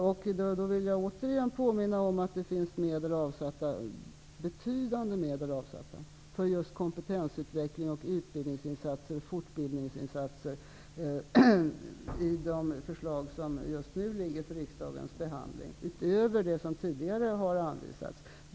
Jag vill återigen påminna om att det i de förslag som nu är föremål för riksdagens behandling finns betydande medel avsatta avsatta för just kompetensutveckling, utbildningsinsatser och fortbildningsinsatser utöver det som tidigare har anvisats.